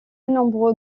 nombreux